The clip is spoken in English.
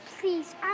Please